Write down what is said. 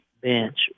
bench